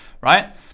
right